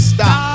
Stop